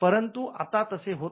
परंतु आता तसे होत नाही